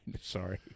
Sorry